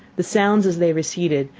the sounds, as they receded,